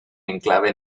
enclave